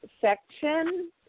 section